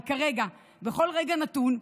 אבל כרגע, בכל רגע נתון,